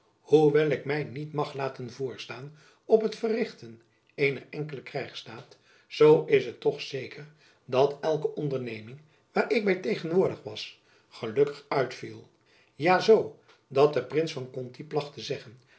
hoewel ik my niet mag laten voorstaan op het verrichten eener enkele krijgsdaad zoo is het toch zeker dat elke onderneming waar ik by tegenwoordig was gelukkig uitviel ja zoo dat de prins van conti plach te zeggen